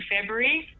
February